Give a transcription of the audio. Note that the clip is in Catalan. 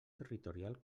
territorial